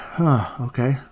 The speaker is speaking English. Okay